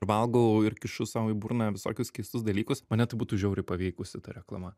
valgau ir kišu sau į burną visokius keistus dalykus mane tai būtų žiauriai paveikusi ta reklama